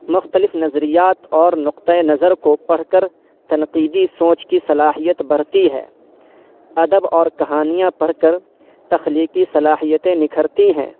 مختلف نظریات اور نقطۂ نظر کو پڑھ کر تنقیدی سوچ کی صلاحیت بڑھتی ہے ادب اور کہانیاں پڑھ کر تخلیقی صلاحیتیں نکھرتی ہیں